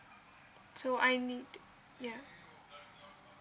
so I need ya